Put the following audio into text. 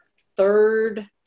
third